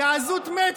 תן לו את הזמן.